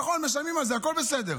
נכון, משלמים על זה, הכול בסדר.